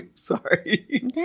Sorry